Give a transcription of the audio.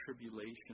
tribulation